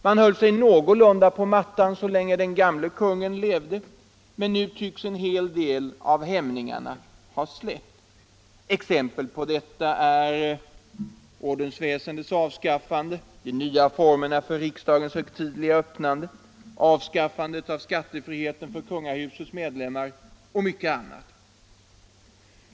Man höll sig någorlunda på mattan så länge den gamle kungen levde, men nu tycks en hel del av hämningarna ha släppt. Exempel på detta är ordensväsendets avskaffande, de nya formerna för riksdagens högtidliga öppnande, avskaffandet av skattefriheten för kungahusets medlemmar och mycket annat.